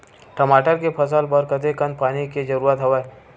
टमाटर के फसल बर कतेकन पानी के जरूरत हवय?